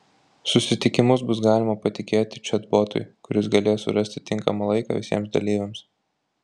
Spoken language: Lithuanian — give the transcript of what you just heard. susitikimus bus galima patikėti čatbotui kuris galės surasti tinkamą laiką visiems dalyviams